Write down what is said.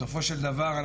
בסופו של דבר,